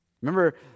Remember